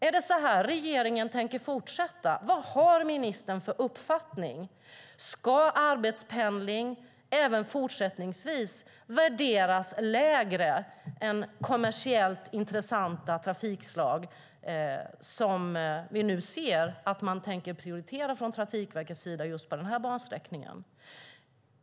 Är det så här regeringen tänker fortsätta? Vad har ministern för uppfattning? Ska arbetspendling även fortsättningsvis värderas lägre än kommersiellt intressanta trafikslag, som vi nu ser att man tänker prioritera från Trafikverkets sida just på denna bansträckning?